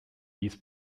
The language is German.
ließ